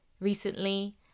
recently